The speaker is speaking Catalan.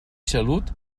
salut